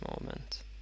moment